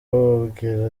bababwira